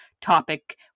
topic